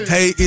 Hey